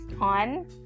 on